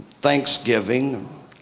thanksgiving